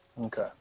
Okay